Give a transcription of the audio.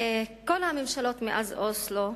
כל הממשלות מאז אוסלו,